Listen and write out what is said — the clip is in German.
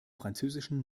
französischen